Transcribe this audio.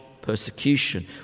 persecution